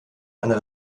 einer